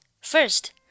First